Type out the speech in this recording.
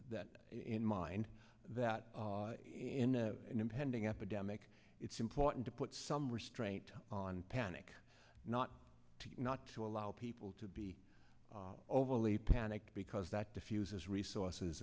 that in mind that in a impending epidemic it's important to put some restraint on panic not to not to allow people to be overly panicked because that diffuses resources